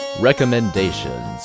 recommendations